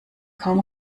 kaum